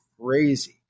crazy